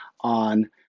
on